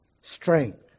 Strength